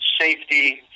safety